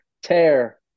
Tear